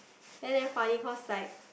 then damn funny cause like